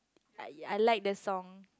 I I like the song